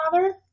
father